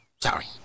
sorry